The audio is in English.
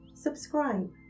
Subscribe